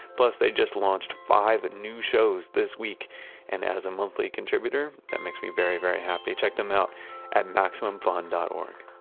plus they just launched five new shows this week and as a monthly contributor, that makes me very, very happy. check them out at maximum fund dot org